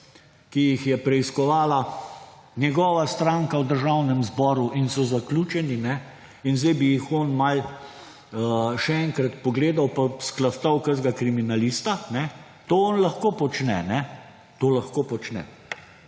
ki jih je preiskovala njegova stranka v Državnem zboru in so zaključeni, in zdaj bi jih on malo še malo pogledal in skloftal kakšnega kriminalista, to lahko počne. To lahko počne.